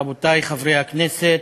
רבותי חברי הכנסת,